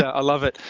ah i love it.